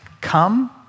come